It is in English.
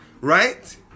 Right